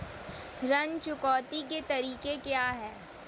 ऋण चुकौती के तरीके क्या हैं?